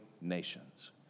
nations